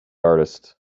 artist